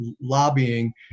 lobbying